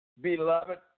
beloved